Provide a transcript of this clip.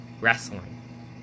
wrestling